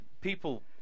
people